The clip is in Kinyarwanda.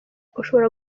ushobora